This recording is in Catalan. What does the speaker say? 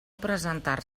presentar